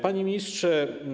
Panie Ministrze!